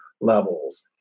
levels